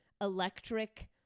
electric